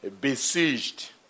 besieged